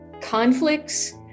conflicts